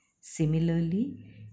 Similarly